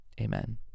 Amen